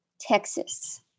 Texas